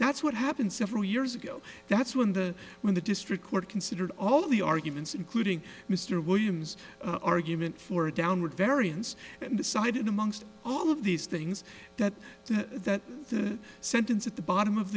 that's what happened several years ago that's when the when the district court considered all of the arguments including mr williams argument for a downward variance and decided amongst all of these things that that the sentence at the bottom of